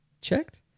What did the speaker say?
checked